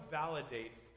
validate